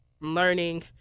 learning